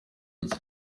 bye